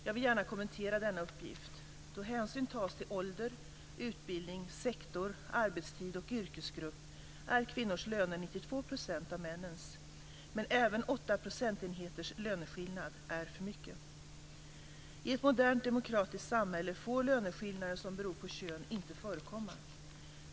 Jag vill gärna kommentera denna uppgift. Då hänsyn tas till ålder, utbildning, sektor, arbetstid och yrkesgrupp är kvinnors löner 92 % av männens. Men även 8 procentenheters löneskillnad är för mycket. I ett modernt demokratiskt samhälle får löneskillnader som beror på kön inte förekomma.